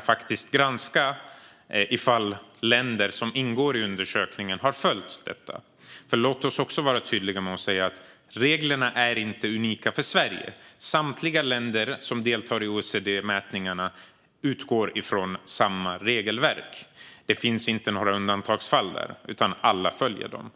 faktiskt kan granska om länder som ingår i undersökningen har följt kriterierna. Låt oss också vara tydliga med att säga att reglerna inte är unika för Sverige. Samtliga länder som deltar i OECD-mätningarna utgår från samma regelverk. Det finns inte några undantagsfall där, utan alla följer dem.